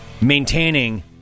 Maintaining